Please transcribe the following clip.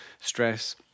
stress